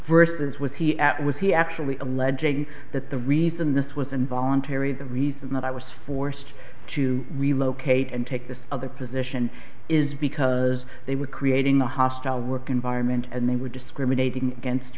vs was he at was he actually alleging that the reason this was involuntary the reason that i was forced to relocate and take the other position is because they were creating a hostile work environment and they were discriminating against